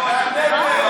זרקתם, והנגב,